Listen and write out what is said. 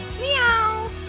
Meow